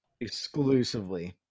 exclusively